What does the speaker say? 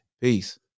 Peace